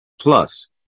Plus